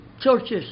churches